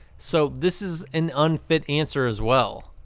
so this is an unfit answer as well.